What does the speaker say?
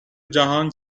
جهان